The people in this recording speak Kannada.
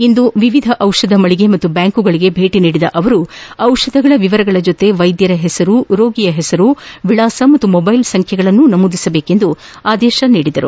ಇಂದು ವಿವಿಧ ದಿಷಧ ಮಳಗೆ ಮತ್ತು ಬ್ಯಾಂಕ್ಗಳಿಗೆ ಭೇಟಿ ನೀಡಿದ ಅವರು ದಿಷಧಗಳ ವಿವರಗಳ ಜೊತೆಗೆ ವೈದ್ಧರ ಹೆಸರು ರೋಗಿಯ ಹೆಸರು ವಿಳಾಸ ಮತ್ತು ಮೊಬ್ಲೆಲ್ ಸಂಬ್ಲೆಯನ್ನು ನಮೂದಿಸುವಂತೆ ಆದೇಶಿಸಿದರು